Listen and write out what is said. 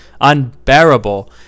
unbearable